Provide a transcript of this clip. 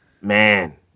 Man